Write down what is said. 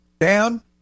Down